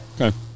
Okay